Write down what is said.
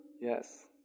yes